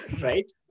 Right